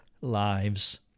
lives